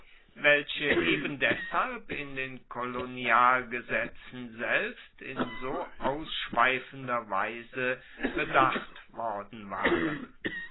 welche ebendeshalb in den kolonialgesetzen selbst in so ausschweifender weise bedacht worden waren